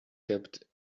kept